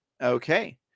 Okay